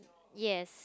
yes